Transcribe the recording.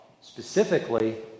specifically